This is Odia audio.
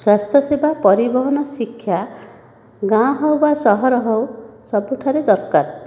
ସ୍ୱାସ୍ଥ୍ୟ ସେବା ପରିବହନ ଶିକ୍ଷା ଗାଁ ହେଉ ବା ସହର ହେଉ ସବୁଠାରେ ଦରକାର